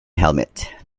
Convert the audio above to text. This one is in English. helmet